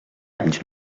anys